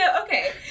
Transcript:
okay